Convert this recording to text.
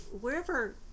Wherever